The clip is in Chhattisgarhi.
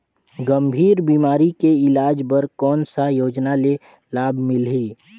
गंभीर बीमारी के इलाज बर कौन सा योजना ले लाभ मिलही?